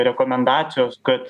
rekomendacijos kad